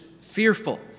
fearful